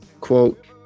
quote